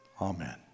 Amen